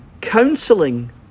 counselling